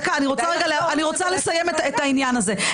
אני רוצה לסיים את העניין הזה.